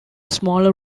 smaller